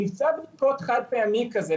מבצע בדיקות חד-פעמי כזה,